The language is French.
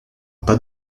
pas